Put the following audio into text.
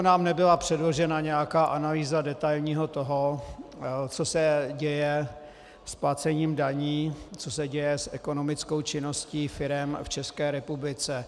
Nám nebyla předložena nějaká analýza detailního stavu, co se děje s placením daní, co se děje s ekonomickou činností firem v České republice.